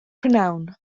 prynhawn